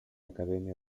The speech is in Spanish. academia